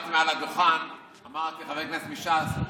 כשעמדתי מעל הדוכן אמרתי: חבר כנסת מש"ס,